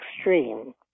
extreme